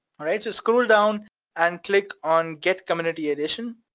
alright? so scroll down and click on get community edition.